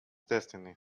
destiny